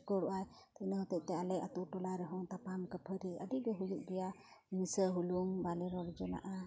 ᱡᱷᱩᱠᱟᱹᱲᱚᱜ ᱟᱭ ᱤᱱᱟᱹ ᱦᱚᱛᱮᱫ ᱛᱮ ᱟᱞᱮ ᱟᱹᱛᱩ ᱴᱚᱞᱟ ᱨᱮᱦᱚᱸ ᱛᱟᱯᱟᱢ ᱠᱟᱹᱯᱷᱟᱹᱨᱤ ᱟᱹᱰᱤ ᱜᱮ ᱦᱩᱭᱩᱜ ᱜᱮᱭᱟ ᱦᱤᱝᱥᱟᱹ ᱦᱩᱞᱩᱝ ᱵᱟᱞᱮ ᱨᱚᱲ ᱡᱚᱱᱟᱜᱼᱟ